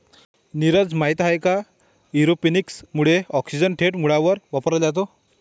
नीरज, माहित आहे का एरोपोनिक्स मुळे ऑक्सिजन थेट मुळांवर वापरला जातो